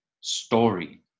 story